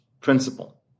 Principle